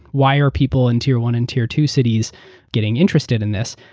why are people in tier one and tier two cities getting interested in this?